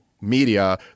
media